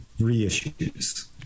reissues